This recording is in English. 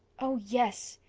oh, yes!